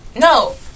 No